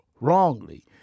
wrongly